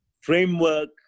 framework